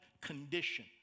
condition